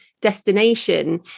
destination